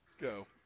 go